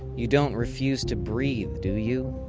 you don't refuse to breathe, do you?